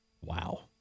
Wow